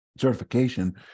Certification